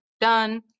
done